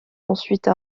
ensuite